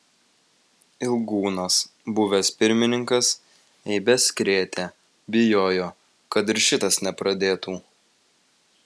ilgūnas buvęs pirmininkas eibes krėtė bijojo kad ir šitas nepradėtų